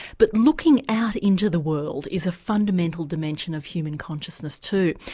but looking out into the world is a fundamental dimension of human consciousness too.